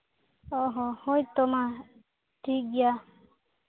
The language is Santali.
ᱚ ᱦᱚᱸ ᱦᱳᱭᱛᱳ ᱢᱟ ᱴᱷᱤᱠ ᱜᱮᱭᱟ